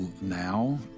Now